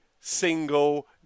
single